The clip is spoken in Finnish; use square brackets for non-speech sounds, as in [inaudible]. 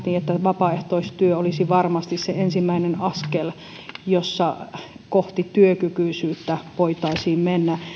[unintelligible] niin vapaaehtoistyö olisi varmasti se ensimmäinen askel jolla kohti työkykyisyyttä voitaisiin mennä